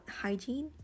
hygiene